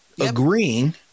agreeing